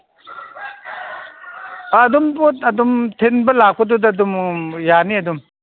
ꯑꯥ ꯑꯗꯨꯝ ꯑꯗꯨꯝ ꯊꯤꯟꯕ ꯂꯥꯛꯄꯗꯨꯗ ꯑꯗꯨꯝ ꯌꯥꯅꯤ ꯑꯗꯨꯝ